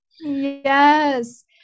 Yes